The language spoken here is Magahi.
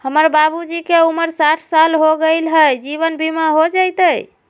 हमर बाबूजी के उमर साठ साल हो गैलई ह, जीवन बीमा हो जैतई?